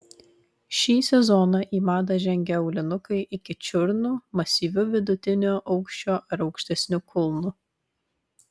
šį sezoną į madą žengė aulinukai iki čiurnų masyviu vidutinio aukščio ar aukštesniu kulnu